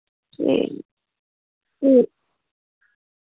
ठीक ठीक